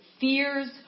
fears